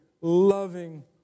loving